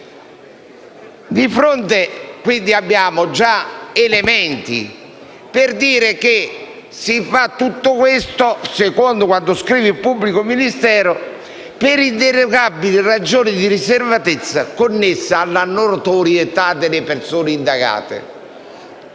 Di fronte, quindi, abbiamo già elementi per dire che si fa tutto questo, secondo quanto scrive il pubblico ministero, per inderogabili ragioni di riservatezza connessa alla notorietà delle persone indagate.